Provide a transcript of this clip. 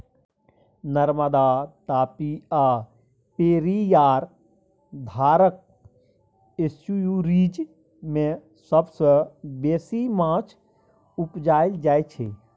नर्मदा, तापी आ पेरियार धारक एस्च्युरीज मे सबसँ बेसी माछ उपजाएल जाइ छै